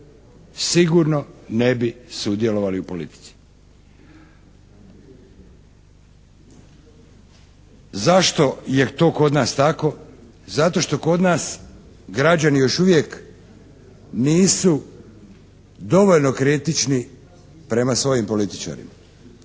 Sigurno ne bi sudjelovali u politici. Zašto je to kod nas tako? Zato što kod nas građani još uvijek nisu dovoljno kritični prema svojim političarima.